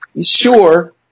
sure